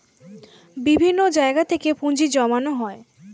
বিভিন্ন জায়গা থেকে পুঁজি জমানো হয়